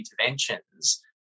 interventions